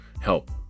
help